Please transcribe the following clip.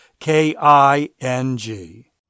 K-I-N-G